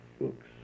books